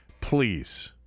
Please